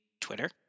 Twitter